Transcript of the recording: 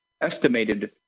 estimated